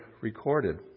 recorded